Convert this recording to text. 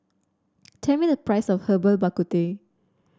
tell me the price of Herbal Bak Ku Teh